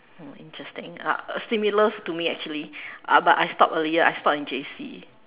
em interesting similar to me actually but I stopped earlier I stopped in J_C